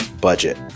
budget